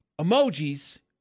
emojis